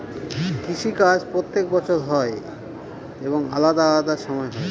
কৃষি কাজ প্রত্যেক বছর হয় এবং আলাদা আলাদা সময় হয়